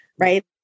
Right